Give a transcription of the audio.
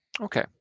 Okay